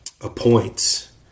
appoints